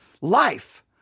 life